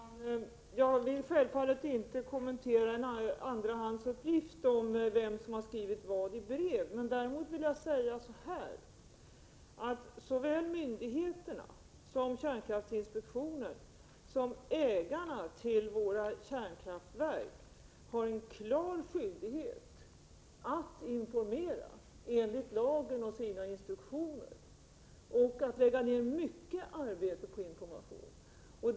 Herr talman! Jag vill självfallet inte kommentera en andrahandsuppgift om vem som har skrivit vad i brev. Däremot vill jag säga att såväl myndigheterna, inkl. kärnkraftsinspektionen, som ägarna av våra kärnkraftverk har en klar skyldighet enligt lagen och sina instruktioner att informera och att lägga ned mycket arbete på information.